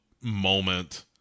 moment